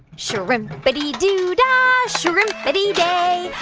shrimp-iddy doo-dah, shrimp-iddy day.